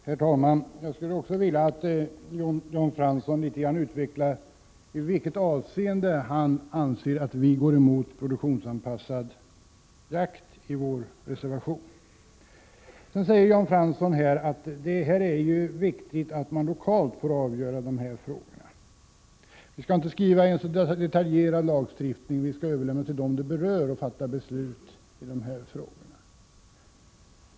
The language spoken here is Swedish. Herr talman! Också jag skulle vilja att Jan Fransson litet grand utvecklar i vilket avseende han anser att vi i vår reservation går emot en produktionsanpassad jakt. Jan Fransson säger vidare att det är viktigt att man lokalt får avgöra dessa frågor. Det kan naturligtvis låta bra att vi inte skall utarbeta en så detaljerad lagstiftning utan skall överlämna till dem det berör att fatta besluten.